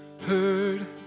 heard